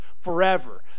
forever